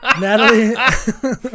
natalie